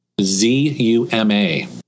Z-U-M-A